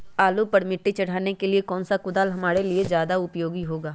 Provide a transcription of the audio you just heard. आलू पर मिट्टी चढ़ाने के लिए कौन सा कुदाल हमारे लिए ज्यादा उपयोगी होगा?